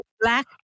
black